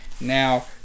now